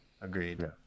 Agreed